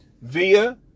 via